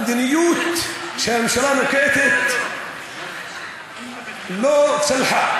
המדיניות שהממשלה נוקטת לא צלחה.